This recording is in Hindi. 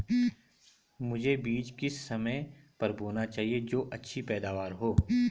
मुझे बीज किस समय पर बोना चाहिए जो अच्छी पैदावार हो?